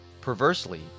Perversely